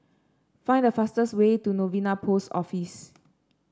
find the fastest way to Novena Post Office